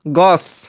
গছ